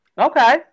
Okay